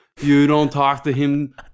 you-don't-talk-to-him